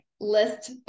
list